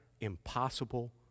impossible